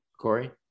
Corey